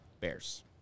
bears